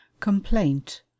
Complaint